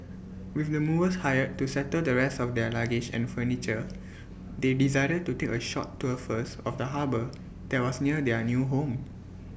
with the movers hired to settle the rest of their luggage and furniture they decided to take A short tour first of the harbour that was near their new home